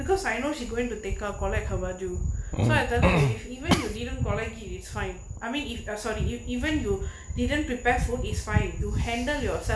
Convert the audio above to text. because I know she going to take a collect overdue so I tell her if even if you didn't collect it it's fine I mean if I am sorry even you didn't prepare food is fine you handle your self